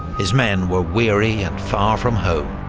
his men were weary and far from home,